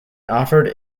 offered